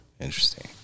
Interesting